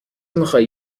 میخوایی